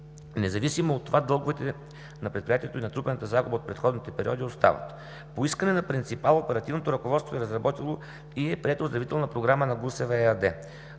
Независимо от това дълговете на предприятието и натрупаната загуба от предходните периоди остават. По искане на принципала оперативното ръководство е разработило и е приета оздравителна програма на ГУСВ